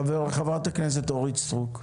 חברת הכנסת אורית סטרוק.